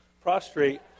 prostrate